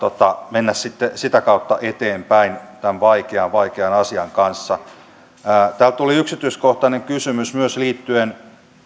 mennä sitten sitä kautta eteenpäin tämän vaikean vaikean asian kanssa täältä tuli yksityiskohtainen kysymys myös liittyen